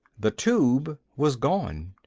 the tube was gone.